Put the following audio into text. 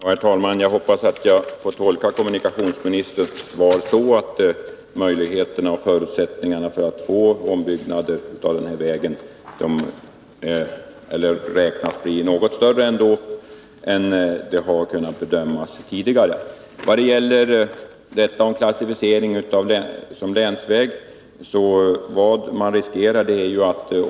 Herr talman! Jag hoppas att jag får tolka kommunikationsministerns svar så att förutsättningarna för att få en ombyggnad av den här vägen ändå är något större än vad man tidigare har trott.